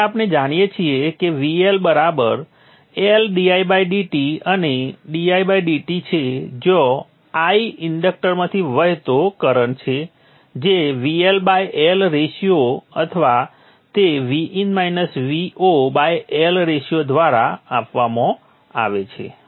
તેથી આપણે જાણીએ છીએ કે VL L didt અને didt છે જ્યાં i ઇન્ડક્ટરમાંથી વહેતો કરંટ છે જે VL L રેશિયો અથવા તે Vin - Vo L રેશિયો દ્વારા આપવામાં આવે છે